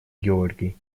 георгий